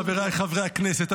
חבריי חברי הכנסת,